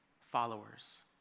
Followers